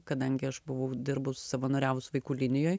kadangi aš buvau dirbus savanoriavus vaikų linijoj